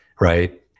right